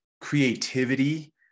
creativity